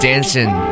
Dancing